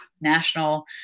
national